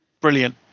brilliant